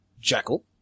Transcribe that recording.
jackal